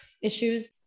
issues